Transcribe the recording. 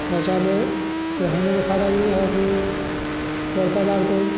शौचालय से हम लोगों को फ़ायदा ये है कि पौर परिवार को